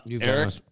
eric